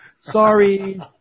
sorry